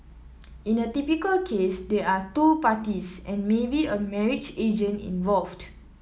in a typical case there are two parties and maybe a marriage agent involved